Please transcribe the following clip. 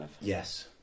yes